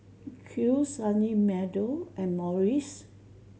Kiehl's Sunny Meadow and Morries